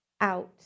out